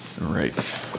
right